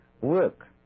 work